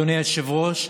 אדוני היושב-ראש,